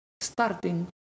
starting